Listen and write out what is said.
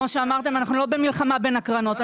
כמו שאמרתם, אנחנו לא במלחמה בין הקרנות.